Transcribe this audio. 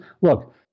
look